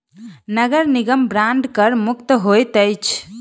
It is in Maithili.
नगर निगम बांड कर मुक्त होइत अछि